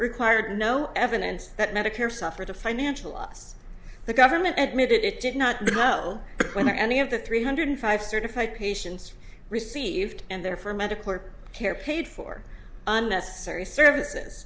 required no evidence that medicare suffered a financial loss the government admitted it did not know whether any of the three hundred five certified patients received and there for medical care paid for unnecessary services